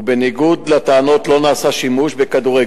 ובניגוד לטענות לא נעשה שימוש בכדורי